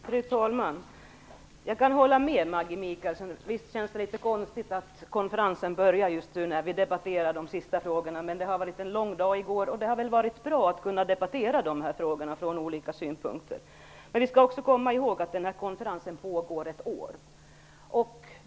Fru talman! Jag kan hålla med Maggi Mikaelsson om att det känns litet konstigt att konferensen börjar just när vi debatterar de sista frågorna. Men det var en lång dag i går, och det har väl varit bra att debattera de här frågorna från olika synpunkter. Vi måste också komma ihåg att den här konferensen pågår i ett år.